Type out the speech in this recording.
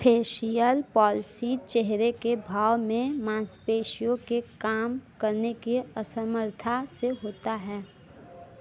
facial palsy चेहरे के भाव में माँसपेशियों के काम करने की असमर्थता से होता है